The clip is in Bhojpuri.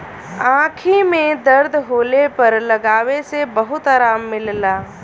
आंखी में दर्द होले पर लगावे से बहुते आराम मिलला